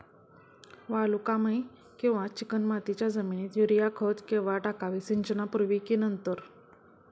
वालुकामय किंवा चिकणमातीच्या जमिनीत युरिया खत केव्हा टाकावे, सिंचनापूर्वी की नंतर?